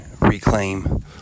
reclaim